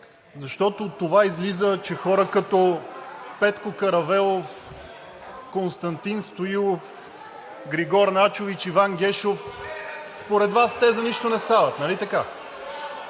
защото от това излиза, че хора, като Петко Каравелов, Константин Стоилов, Григор Начович, Иван Гешов – според Вас те за нищо не стават, нали така?